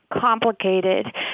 complicated